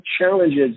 challenges